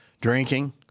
drinking